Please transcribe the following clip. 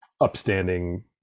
upstanding